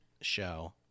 show